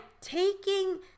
taking